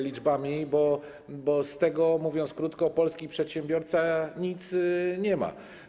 liczbami, bo z tego, mówiąc krótko, polski przedsiębiorca nic nie ma.